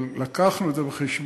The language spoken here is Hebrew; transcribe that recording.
אבל לקחנו את זה בחשבון,